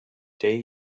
day